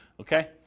Okay